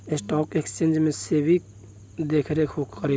stock exchange के सेबी देखरेख करेला